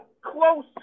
close